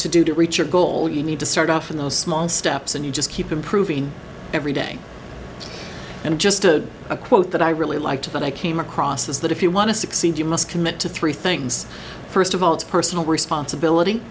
to do to reach your goal you need to start off in those small steps and you just keep improving every day and just a quote that i really liked that i came across is that if you want to succeed you must commit to three things first of all it's personal responsibility